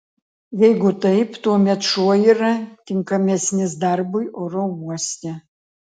jeigu taip tuomet šuo yra tinkamesnis darbui oro uoste